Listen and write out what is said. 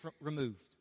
removed